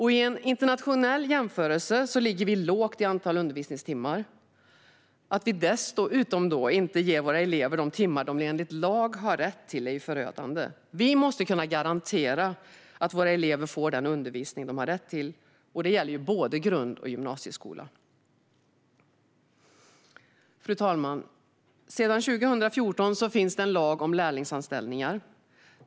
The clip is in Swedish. I en internationell jämförelse ligger vi lågt i antal undervisningstimmar. Att vi dessutom inte ger våra elever de timmar som de enligt lag har rätt till är förödande. Vi måste kunna garantera att våra elever får den undervisning som de har rätt till. Detta gäller både grund och gymnasieskola. Fru talman! Sedan 2014 finns en lag om lärlingsanställningar.